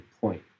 point